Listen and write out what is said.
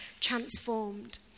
transformed